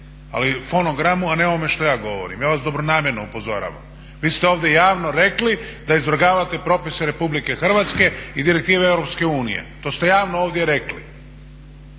ali fonogramu a ne ovome što ja govorim. Ja vas dobronamjerno upozoravam, vi ste ovdje javno rekli da izvrgavate propise RH i direktive EU, to ste javno ovdje rekli.